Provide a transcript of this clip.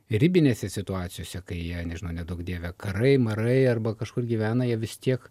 ribinėse situacijose kai jie nežinau neduok dieve karai marai arba kažkur gyvena jie vis tiek